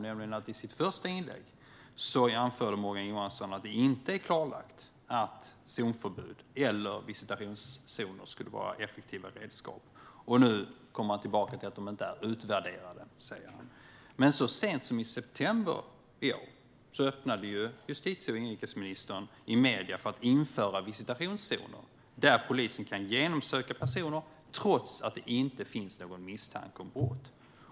I svaret på interpellationen anförde Morgan Johansson att det inte är klarlagt att zonförbud eller visitationszoner skulle vara effektiva redskap, och nu kommer han tillbaka till detta och säger att metoderna inte är utvärderade. Men så sent som i september i år öppnade justitie och inrikesministern i medierna för att införa visitationszoner, där polisen kan genomsöka personer trots att det inte finns någon misstanke om brott.